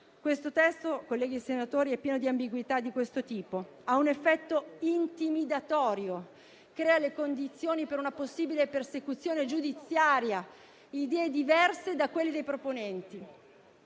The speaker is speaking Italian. Il testo, colleghi senatori, è pieno di ambiguità di questo tipo, ha un effetto intimidatorio e crea le condizioni per una possibile persecuzione giudiziaria di idee diverse da quelle dei proponenti.